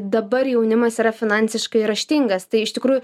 dabar jaunimas yra finansiškai raštingas tai iš tikrųjų